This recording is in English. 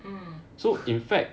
mm